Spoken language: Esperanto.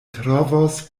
trovos